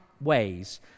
ways